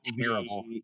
terrible